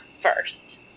first